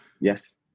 Yes